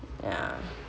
ya